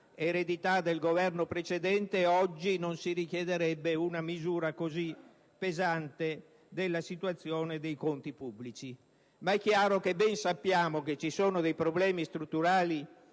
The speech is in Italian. eredità del Governo precedente oggi non si richiederebbe una misura così pesante per la situazione dei conti pubblici; ma è chiaro che ben sappiamo che ci sono dei problemi strutturali